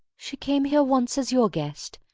she came here once as your guest.